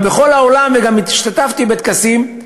אבל בכל העולם, והשתתפתי בטקסים,